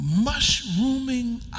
mushrooming